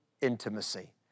intimacy